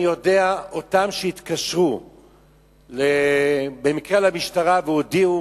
אני יודע, אותם שהתקשרו במקרה למשטרה והודיעו